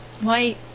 White